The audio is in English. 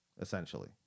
essentially